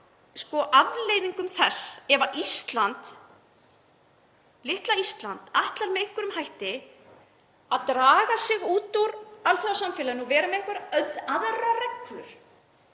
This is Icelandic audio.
á afleiðingum þess ef Ísland, litla Ísland, ætlar með einhverjum hætti að draga sig út úr alþjóðasamfélaginu og vera með einhverjar aðrar reglur